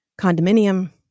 condominium